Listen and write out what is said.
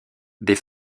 des